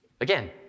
Again